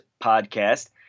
Podcast